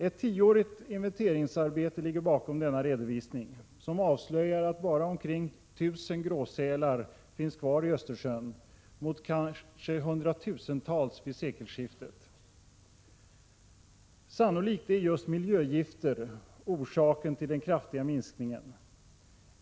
Ett tioårigt inventeringsarbete ligger bakom denna redovisning, som avslöjar att bara omkring 1 000 gråsälar finns kvar i Östersjön mot kanske hundratusentals vid sekelskiftet. Sannolikt är just miljögifter orsaken till den kraftiga minskningen.